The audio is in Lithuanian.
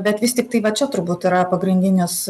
bet vis tiktai va čia turbūt yra pagrindinis